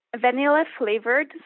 vanilla-flavored